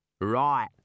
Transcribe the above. Right